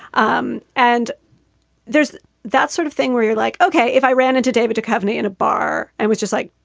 um and there's that sort of thing where you're like, okay, if i ran into david de cavani in a bar and was just like,